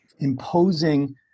imposing